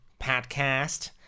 podcast